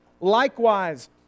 Likewise